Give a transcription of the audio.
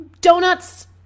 donuts